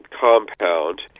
compound